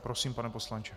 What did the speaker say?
Prosím, pane poslanče.